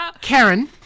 Karen